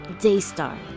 Daystar